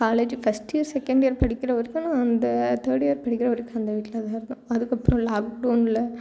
காலேஜி first year second year படிக்கிற வரைக்கும் நான் அந்த தேர்ட் இயர் படிக்கிற வரைக்கும் அந்த வீட்டில் தான் இருந்தோம் அதுக்கப்புறம் லாக்டவுனில்